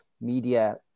media